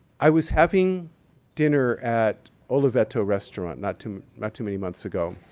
i was having dinner at oliveto restaurant not too not too many months ago.